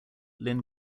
lynn